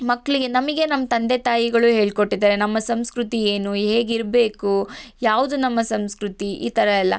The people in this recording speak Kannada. ಮಕ್ಕಳಿಗೆ ನಮಗೆ ನಮ್ಮ ತಂದೆ ತಾಯಿಗಳು ಹೇಳ್ಕೊಟ್ಟಿದ್ದಾರೆ ನಮ್ಮ ಸಂಸ್ಕೃತಿ ಏನು ಹೇಗಿರ್ಬೇಕು ಯಾವುದು ನಮ್ಮ ಸಂಸ್ಕೃತಿ ಈ ಥರ ಎಲ್ಲ